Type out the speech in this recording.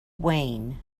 wayne